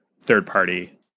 third-party